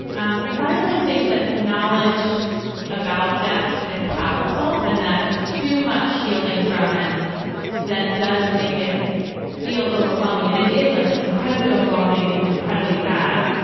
um because i really think that knowledge about death is powerful and that too much shielding from it then does make it feel overwhelming. and it is like incredibly overwhelming and incredibly sad.